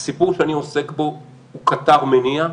הסיפור שאני עוסק בו הוא קטר מניע.